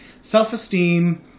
self-esteem